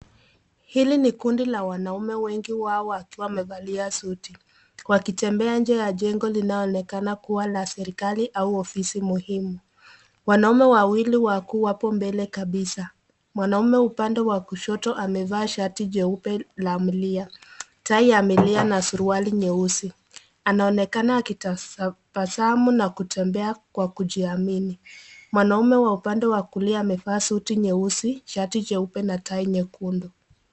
Hili ni kundi la wanaume wengi wao wakiwa wamevalia suti, wakitembea nje ya jengo linaloonekana kuwa la serikali au ofisi muhimu. Wanaume wawili wako mbele kabisa. Mwanaume upande wa kushoto amevaa shati jeupe la milia, tai ya milia na suruali nyeusi. Anaonekana akitabasamu na kutembea kwa kujiamini. Mwanaume wa upande wa kulia amevaa suti nyeusi, shati jeupe na tai nyekundu.